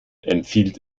empfiehlt